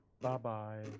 Bye-bye